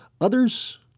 Others